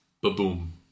Ba-boom